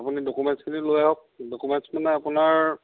আপুনি ডকুমেণ্টচখিনি লৈ আহক ডকুমেণ্টচ মানে আপোনাৰ